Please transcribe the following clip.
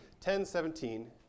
1017